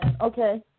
Okay